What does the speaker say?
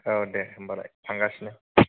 औ औ दे होनबालाय थांगासिनो